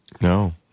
no